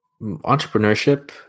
entrepreneurship